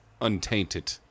untainted